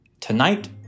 Tonight